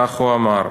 כך הוא אמר: